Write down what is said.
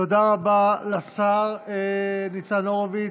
תודה רבה לשר ניצן הורוביץ.